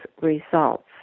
results